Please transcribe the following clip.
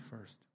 first